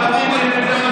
תאמין לי,